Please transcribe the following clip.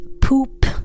poop